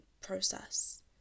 process